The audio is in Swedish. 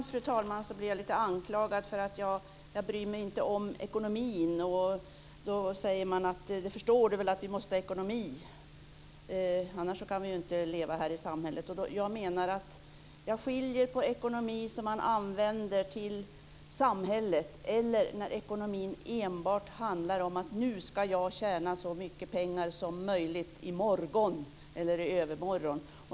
Fru talman! Ibland blir jag lite anklagad för att jag inte bryr mig om ekonomin. Man säger: Det förstår du väl att vi måste ha ekonomi, annars kan vi ju inte leva här i samhället. Jag skiljer på ekonomi som man använder till samhället och ekonomi som enbart handlar om att nu ska jag tjäna så mycket pengar som möjligt i morgon eller i övermorgon.